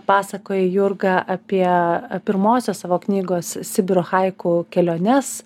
pasakoja jurga apie pirmosios savo knygos sibiro haiku keliones